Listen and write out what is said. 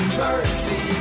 mercy